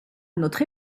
notre